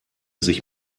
sich